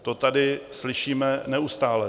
To tady slyšíme neustále.